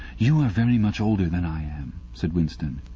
you are very much older than i am said winston.